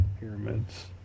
pyramids